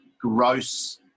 gross